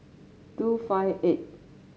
two five eight